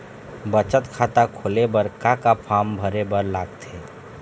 बचत खाता खोले बर का का फॉर्म भरे बार लगथे?